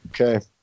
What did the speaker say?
Okay